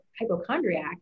hypochondriac